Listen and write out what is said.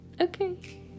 Okay